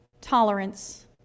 tolerance